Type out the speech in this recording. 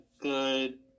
good